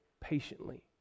Patiently